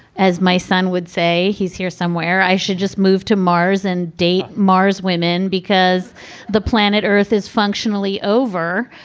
as my son would say, he's here somewhere. i should just move to mars and date mars women because the planet earth is functionally over.